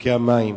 ניתוקי המים.